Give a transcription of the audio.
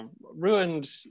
Ruined